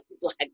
black